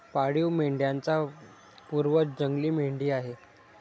पाळीव मेंढ्यांचा पूर्वज जंगली मेंढी आहे